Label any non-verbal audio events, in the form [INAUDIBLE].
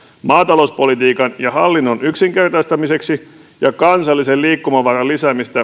maatalouspolitiikan ja hallinnon yksinkertaistamiseksi ja kansallisen liikkumavaran lisäämiseksi [UNINTELLIGIBLE]